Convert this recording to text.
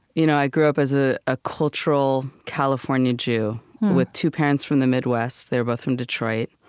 you know i grew up as a ah cultural california jew with two parents from the midwest they're both from detroit.